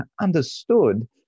understood